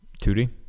2D